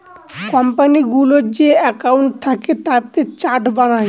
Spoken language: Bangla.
কোম্পানিগুলোর যে একাউন্ট থাকে তাতে চার্ট বানায়